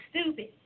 stupid